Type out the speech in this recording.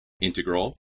Integral